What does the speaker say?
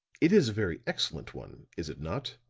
it is a very excellent one, is it not?